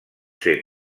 ser